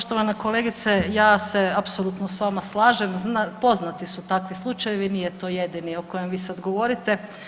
Poštovana kolegice ja se apsolutno sa vama slažem, poznati su takvi slučajevi, nije to jedini o kojem vi sad govorite.